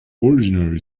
ordinary